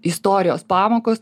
istorijos pamokos